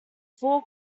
four